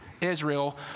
Israel